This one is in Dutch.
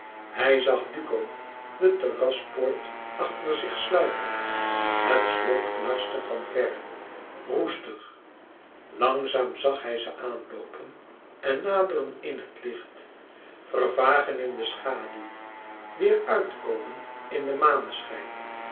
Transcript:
hij zag duco de terraspoort achter zich sluiten het slot knarste van verre roestig langzaam zag hij ze aanloopen en naderen in het licht vervagen in de schaduw weêr uit komen in den maneschijn